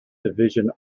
division